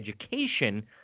education